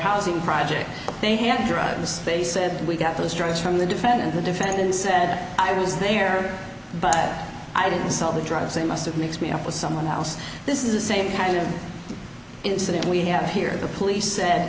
housing project they had drugs stay said we got those drugs from the defendant the defendant said i was there but i didn't sell the drugs they must have mixed me up with someone else this is the same kind of incident we have here the police said